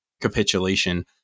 capitulation